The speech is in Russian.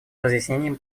разъяснением